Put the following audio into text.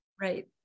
Right